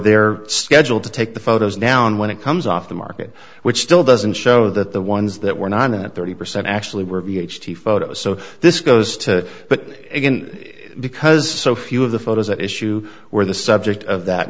they're scheduled to take the photos down when it comes off the market which still doesn't show that the ones that were not on a thirty percent actually were b h t photo so this goes to but again because so few of the photos at issue where the subject of that